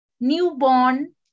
newborn